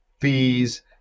fees